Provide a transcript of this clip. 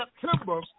September